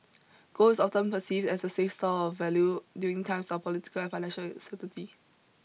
gold is often perceived as a safe store of value during times of political and financial uncertainty